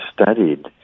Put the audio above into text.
studied